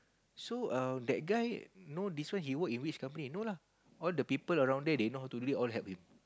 so err that guy know this one he work in which company no lah all the people around there they know how to do all help you